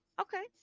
Okay